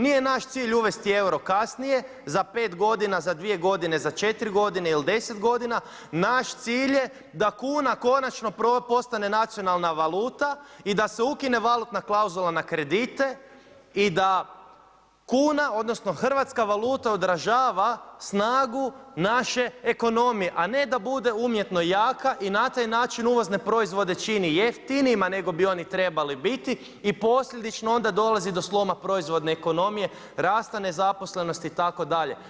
Nije naš cilj uvesti euro kasnije, za 5 g. za 2 g., za 4 g. ili 10 g. Naš cilj je da kuna konačno postane nacionalna valuta i da se ukine valutna klauzula na kredite i da kuna, odnosno, hrvatska valuta odražava snagu naše ekonomije, a ne da bude umjetno jaka i na taj način uvozne proizvode čini jeftinijima nego bi oni trebali biti i posljedično onda dolazi do sloma proizvodne ekonomije, rasta nezaposlenosti itd.